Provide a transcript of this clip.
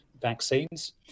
vaccines